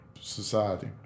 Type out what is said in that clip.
society